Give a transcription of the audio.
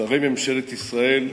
שרי ממשלת ישראל,